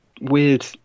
weird